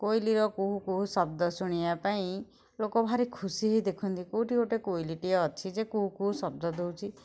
କୋଇଲିର କୁହୁ କୁହୁ ଶବ୍ଦ ଶୁଣିବା ପାଇଁ ଲୋକ ଭାରି ଖୁସି ହେଇ ଦେଖନ୍ତି କୋଉଠି ଗୋଟେ କୋଇଲିଟିଏ ଅଛି ଯେ କୁହୁ କୁହୁ ଶବ୍ଦ ଦେଉଛି